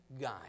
guy